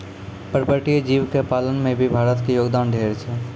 पर्पटीय जीव के पालन में भी भारत के योगदान ढेर छै